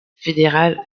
fédéral